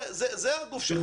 זה הגוף שחסר.